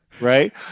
Right